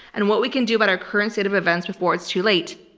and what we can do about our current state of events before it's too late.